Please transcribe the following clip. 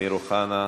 אמיר אוחנה,